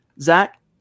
Zach